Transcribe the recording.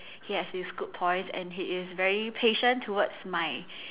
he has his good points and he is very patient towards my